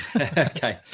Okay